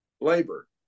labor